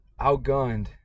outgunned